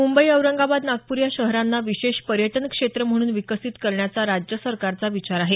मुंबई औरंगाबाद नागपूर या शहरांना विशेष पर्यटन क्षेत्र म्हणून विकसित करण्याचा राज्य सरकारचा विचार आहे